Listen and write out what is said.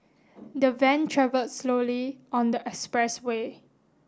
the van travelled slowly on the express way